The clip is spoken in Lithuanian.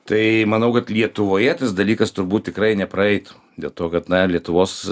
tai manau kad lietuvoje tas dalykas turbūt tikrai nepraeitų dėl to kad na lietuvos